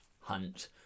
hunt